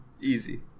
Easy